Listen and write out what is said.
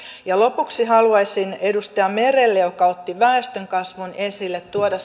lopuksi haluaisin edustaja merelle joka otti väestönkasvun esille tuoda